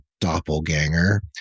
doppelganger